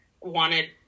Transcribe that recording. wanted